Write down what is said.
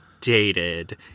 dated